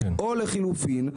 או לחילופין,